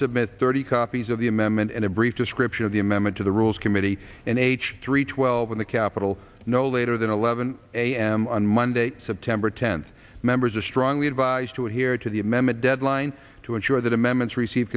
submit thirty copies of the amendment and a brief description of the amendment to the rules committee and h three twelve in the capital no later than eleven a m on monday september tenth members are strongly advised to adhere to the m m a deadline to ensure that amendments receive